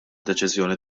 deċiżjoni